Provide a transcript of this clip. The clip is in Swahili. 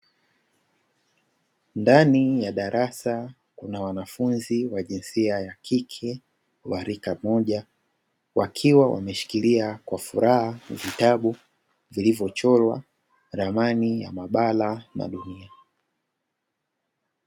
Ndani ya darasa kuna wanafunzi wa jinsia ya kike, wa rika moja wakiwa wameshikilia kwa furaha vitabu vilivyochorwa ramani ya mabara na dunia.